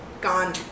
gone